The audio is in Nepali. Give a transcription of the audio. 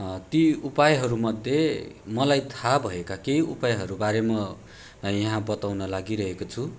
ती उपायहरूमध्ये मलाई थाहा भएका केही उपायहरूबारे म यहाँ बताउन लागिरहेको छु